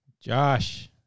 Josh